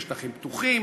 של שטחים פתוחים,